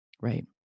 Right